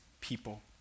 people